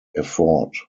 effort